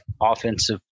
offensive